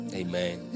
amen